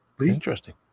Interesting